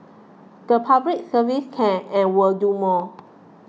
the Public Service can and will do more